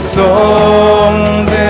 songs